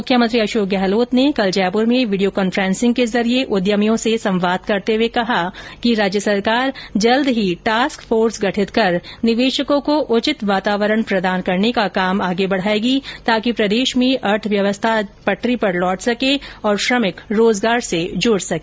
मुख्यमंत्री अशोक गहलोत ने कल जयपुर में वीडियो कांफ्रेंसिंग के जरिये उद्यमियों से संवाद करते हुए कहा कि राज्य सरकार जल्द टास्क फोर्स गठित कर निवेशकों को उचित वातावरण प्रदान करने का काम आगे बढायेगी ताकि प्रदेश में अर्थव्यवस्था जल्द ही पटरी पर लौट सके और श्रमिक रोजगार से जुड सके